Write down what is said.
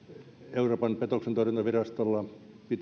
euroopan petoksentorjuntavirastolla sen